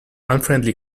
unfriendly